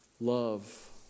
love